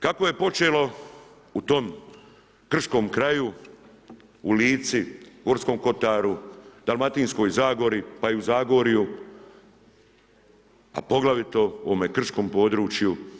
Kako je počelo u tom krškom kraju, u Lici, Gorskom kotaru, Dalmatinskoj zagori pa i u Zagorju, a poglavito u ovome krškom području.